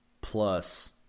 plus